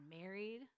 married